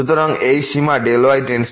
সুতরাং এই সীমা y → 0